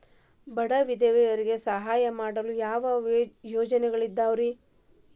ಬಡ ವಿಧವೆಯರಿಗೆ ಸಹಾಯ ಮಾಡಲು ಯಾವ ಯೋಜನೆಗಳಿದಾವ್ರಿ?